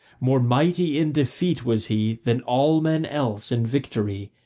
more mighty in defeat was he than all men else in victory,